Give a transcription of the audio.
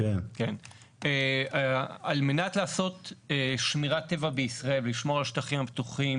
על מנת לעשות שמירת טבע בישראל ולשמור על השטחים הפתוחים